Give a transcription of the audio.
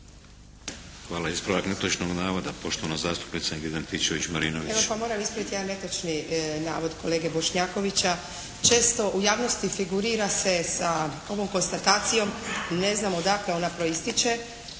Hvala. Ispravak netočnog navoda, poštovana zastupnica Ingrid Antičević Marinović.